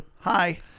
Hi